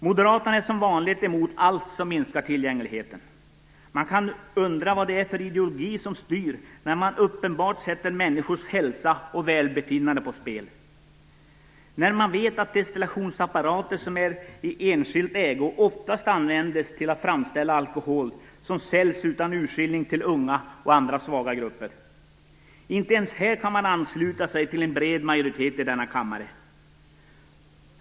Moderaterna är som vanligt emot allt som minskar tillgängligheten. Man kan undra vad det är för ideologi som styr när människors hälsa och välbefinnande uppenbart sätts på spel. Man vet att destillationsapparater i enskild ägo oftast används till att framställa alkohol som säljs utan urskillning till unga och andra svaga grupper. Inte ens här kan Moderaterna ansluta sig till en bred majoritet i denna kammare.